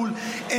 שזה בידיים שלהם.